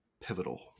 pivotal